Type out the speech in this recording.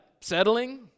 settling